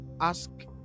ask